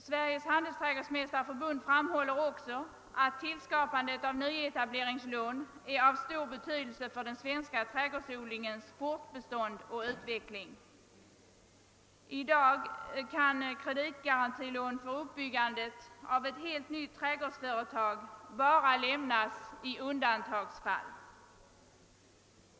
Sveriges handelsträdgårdsmästareförbund framhåller också att tillskapandet av nyetableringslån är av stor betydelse för den svenska trädgårdsodlingens fortbestånd och utveckling. I dag kan kreditgarantilån för uppbyggande av ett helt nytt trädgårdsföretag lämnas bara i undantagsfall.